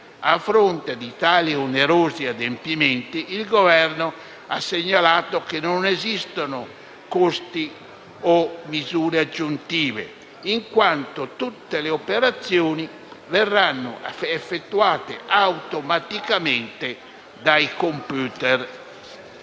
A fronte di tali onerosi adempimenti, il Governo ha segnalato che non esistono costi o misure aggiuntive, in quanto tutte le operazioni verranno effettuate automaticamente dai computer